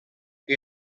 que